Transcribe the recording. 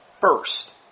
first